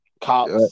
cops